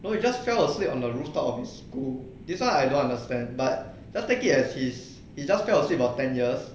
well he just fell asleep on the rooftop of his school this [one] I don't understand but just take it as he he just fell asleep for about ten years